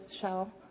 Shell